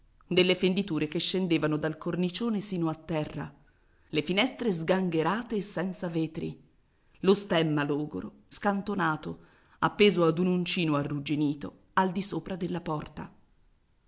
delle fenditure che scendevano dal cornicione sino a terra le finestre sgangherate e senza vetri lo stemma logoro scantonato appeso ad un uncino arrugginito al di sopra della porta